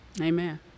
Amen